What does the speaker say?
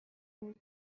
بود